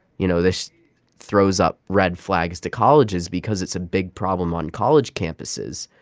you know, this throws up red flags to colleges because it's a big problem on college campuses.